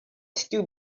still